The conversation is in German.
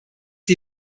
die